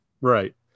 right